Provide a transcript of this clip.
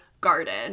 garden